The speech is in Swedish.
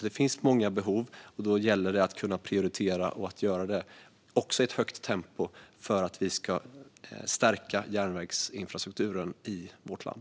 Det finns många behov, och då gäller det att kunna prioritera och att göra det i ett högt tempo för att vi ska stärka järnvägsinfrastrukturen i vårt land.